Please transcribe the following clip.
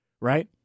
Right